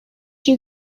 you